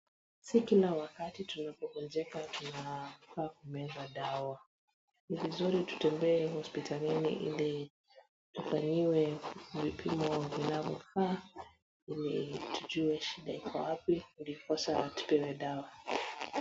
Si kila wakati tunapogonjeka tunafaa kumeza dawa, ni vizuri tutembee hospitalini ili tufanyiwe vipimo vinavyofaa, ili tujue shida iko wapi ndiposa tupewe dawa.